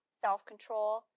self-control